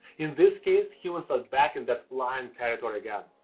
in this case, humans are back in the lion territory again.